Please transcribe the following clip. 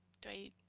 do i.